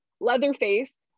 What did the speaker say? Leatherface